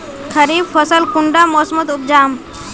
खरीफ फसल कुंडा मोसमोत उपजाम?